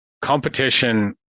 competition